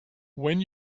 when